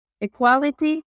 equality